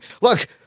Look